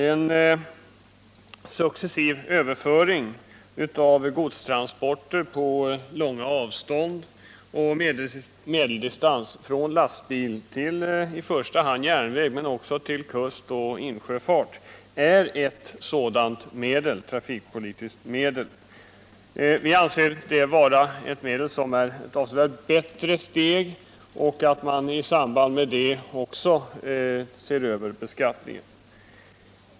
En successiv överföring av godstransporter på långa sträckor och medeldistans från lastbil till i första hand järnväg men också till kustoch insjöfart är ett sådant trafikpolitiskt medel. Vi anser det vara en avsevärt bättre åtgärd, och vi anser att man i samband med denna övergång bör se över beskattningen.